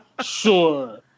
sure